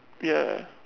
ya